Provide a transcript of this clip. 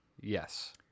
Yes